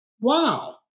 wow